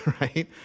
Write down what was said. right